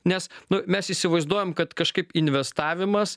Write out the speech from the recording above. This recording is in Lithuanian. nes nu mes įsivaizduojam kad kažkaip investavimas